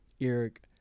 Eric